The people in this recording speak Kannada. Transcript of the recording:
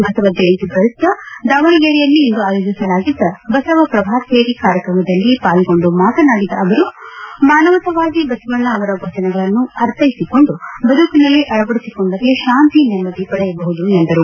ಬಸವ ಜಯಂತಿ ಪ್ರಯುಕ್ತ ದಾವಣಗೆರೆಯಲ್ಲಿಂದು ಆಯೋಜಿಸಲಾಗಿದ್ದ ಬಸವ ಪ್ರಭಾತ್ ಪೇರಿ ಕಾರ್ಯಕ್ತಮದಲ್ಲಿ ಪಾಲ್ಗೊಂಡು ಮಾತನಾಡಿದ ಅವರು ಮಾನವತಾವಾದಿ ಬಸವಣ್ಣ ಅವರ ವಚನಗಳನ್ನು ಅರ್ಥೈಸಿಕೊಂಡು ಬದುಕಿನಲ್ಲಿ ಅಳವಡಿಸಿಕೊಂಡರೆ ಶಾಂತಿ ನೆಮ್ಮದಿ ಪಡೆಯಬಹುದು ಎಂದರು